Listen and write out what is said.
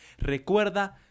¿Recuerda